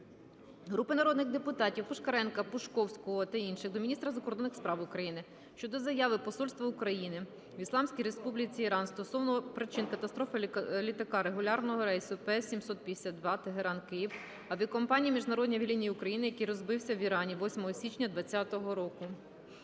Групи народних депутатів (Пушкаренка, Пашковського та інших) до міністра закордонних справ України щодо заяви Посольства України в Ісламській Республіці Іран стосовно причин катастрофи літака регулярного рейсу PS 752 Тегеран - Київ авіакомпанії "Міжнародні авіалінії України", який розбився в Ірані 8 січня 2020 року.